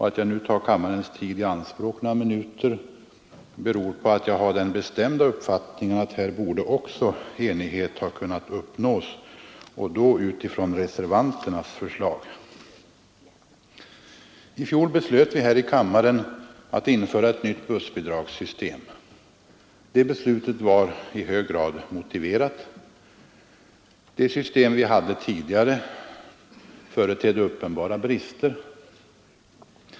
Att jag nu tar kammarens tid i anspråk några minuter beror på att jag har den bestämda uppfattningen att enighet även här borde ha kunnat uppnås och då utifrån reservanternas förslag. I fjol beslöt vi här i kammaren att införa ett nytt bussbidragssystem. Det beslutet var i hög grad motiverat. Det system vi tidigare hade företedde uppenbara brister.